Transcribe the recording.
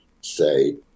say